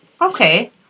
okay